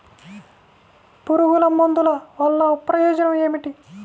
పురుగుల మందుల వల్ల ప్రయోజనం ఏమిటీ?